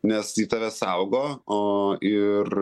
nes ji tave saugo o ir